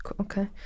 okay